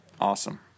Awesome